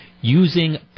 using